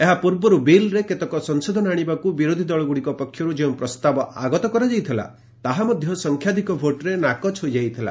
ଏହା ପୂର୍ବରୁ ବିଲ୍ରେ କେତେକ ସଂଶୋଧନ ଆଶିବାକୁ ବିରୋଧୀ ଦଳଗୁଡ଼ିକ ପକ୍ଷରୁ ଯେଉଁ ପ୍ରସ୍ତାବ ଆଗତ କରାଯାଇଥିଲା ତାହା ମଧ୍ୟ ସଂଖ୍ୟାଧିକ ଭୋଟ୍ରେ ନାକଚ ହୋଇଯାଇଥିଲା